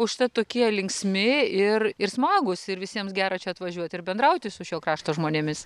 užtat tokie linksmi ir ir smagūs ir visiems gera čia atvažiuoti ir bendrauti su šio krašto žmonėmis